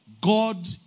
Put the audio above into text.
God